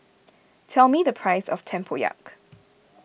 tell me the price of Tempoyak